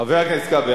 חבר הכנסת כבל,